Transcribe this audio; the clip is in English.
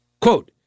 Quote